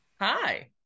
Hi